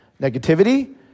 negativity